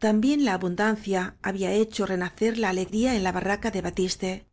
también la abundancia había hecho renacer la ale gría en la barraca de batiste